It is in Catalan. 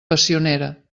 passionera